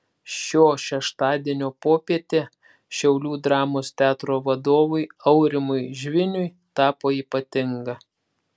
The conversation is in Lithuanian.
šio šeštadienio popietė šiaulių dramos teatro vadovui aurimui žviniui tapo ypatinga